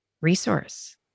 resource